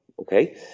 Okay